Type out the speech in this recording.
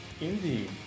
Indeed